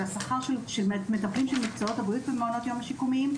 של השכר של מטפלים של מקצועות הבריאות במעונות היום השיקומיים,